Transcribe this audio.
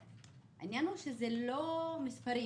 העניין הוא שזה לא מספרים,